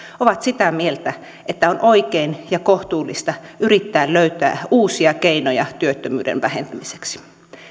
on sitä mieltä että on oikein ja kohtuullista yrittää löytää uusia keinoja työttömyyden vähentämiseksi